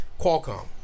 Qualcomm